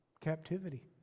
captivity